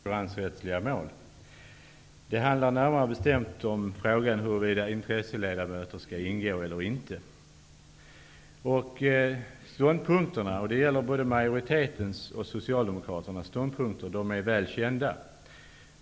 Herr talman! Näringsutskottets betänkande 34 handlar om sammansättningen av Stockholms tingsrätt i konkurrensrättsliga mål och ärenden. Närmare bestämt handlar det om huruvida intresseledamöter skall ingå i tingsrätten eller inte. Både majoritetens och Socialdemokraternas ståndpunkter är väl kända.